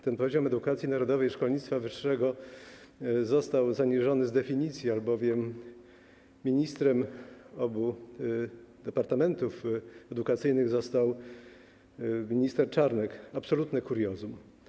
Ten poziom edukacji narodowej i szkolnictwa wyższego został zaniżony z definicji, albowiem ministrem obu departamentów edukacyjnych został minister Czarnek - absolutne kuriozum.